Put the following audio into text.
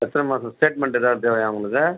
எத்தனை மாதம் ஸ்டேட்மென்ட் எதாவது தேவையா உங்களுக்கு